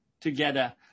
together